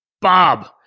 Bob